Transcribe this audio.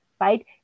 right